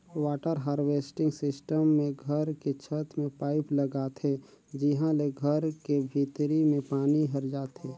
water harvesting system मे घर के छत में पाईप लगाथे जिंहा ले घर के भीतरी में पानी हर जाथे